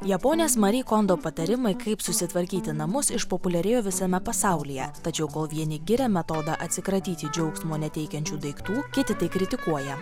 japonės mari kondo patarimai kaip susitvarkyti namus išpopuliarėjo visame pasaulyje tačiau kol vieni giria metodą atsikratyti džiaugsmo neteikiančių daiktų kiti tai kritikuoja